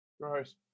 Gross